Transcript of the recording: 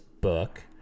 book